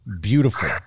beautiful